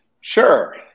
Sure